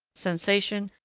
sensation,